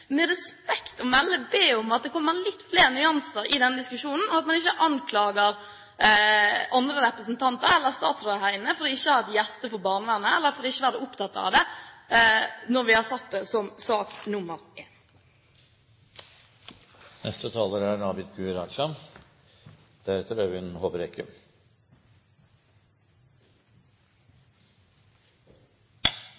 med respekt å melde be om at det kommer litt flere nyanser inn i denne diskusjonen, og at man ikke anklager andre representanter, eller statsråden, for ikke å ha et hjerte for barnevernet, eller for ikke å være opptatt av det, når vi har satt det som sak nummer én. Jeg er